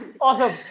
Awesome